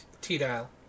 T-Dial